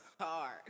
hard